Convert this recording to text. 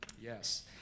Yes